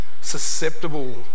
susceptible